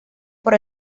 por